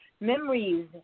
memories